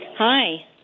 Hi